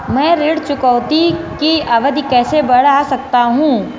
मैं ऋण चुकौती की अवधि कैसे बढ़ा सकता हूं?